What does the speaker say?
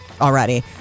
already